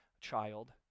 child